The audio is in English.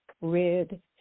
red